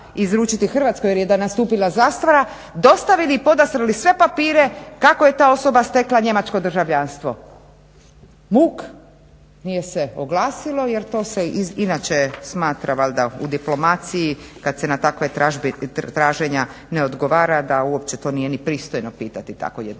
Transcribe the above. Hrvatskoj jer je nastupila zastara dostavili i podastrli sve papire kako je ta osoba stekla njemačko državljanstvo, muk, nije se oglasilo jer to se inače smatra valjda u diplomaciji kad se na takva traženja ne odgovara da uopće to nije ni pristojno pitati tako jednu